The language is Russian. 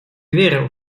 верил